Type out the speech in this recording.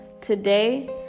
Today